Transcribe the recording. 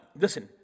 Listen